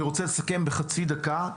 אני רוצה לסכם בחצי דקה.